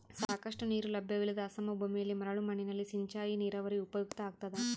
ಸಾಕಷ್ಟು ನೀರು ಲಭ್ಯವಿಲ್ಲದ ಅಸಮ ಭೂಮಿಯಲ್ಲಿ ಮರಳು ಮಣ್ಣಿನಲ್ಲಿ ಸಿಂಚಾಯಿ ನೀರಾವರಿ ಉಪಯುಕ್ತ ಆಗ್ತದ